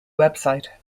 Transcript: website